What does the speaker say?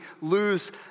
lose